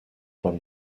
when